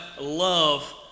love